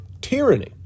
tyranny